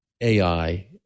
AI